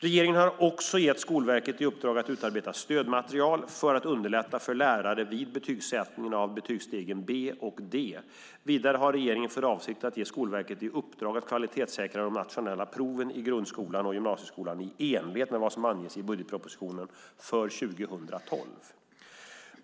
Regeringen har också gett Skolverket i uppdrag att utarbeta ett stödmaterial för att underlätta för lärare vid betygssättningen av betygsstegen B och D. Vidare har regeringen för avsikt att ge Skolverket i uppdrag att kvalitetssäkra de nationella proven i grundskolan och gymnasieskolan i enlighet med vad som anges i budgetpropositionen för 2012.